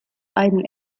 einen